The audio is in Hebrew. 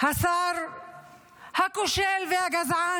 השר הכושל והגזען,